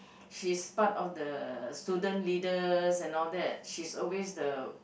she is part of the student leaders and all that she's always the